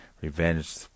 revenge